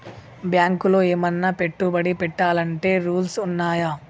బ్యాంకులో ఏమన్నా పెట్టుబడి పెట్టాలంటే రూల్స్ ఉన్నయా?